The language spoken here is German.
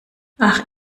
ach